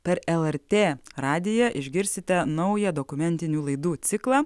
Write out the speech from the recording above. per lrt radiją išgirsite naują dokumentinių laidų ciklą